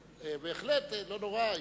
בהחלט, לא נורא,